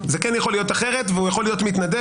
זה כן יכול להיות אחרת והוא יכול להיות מתנדב,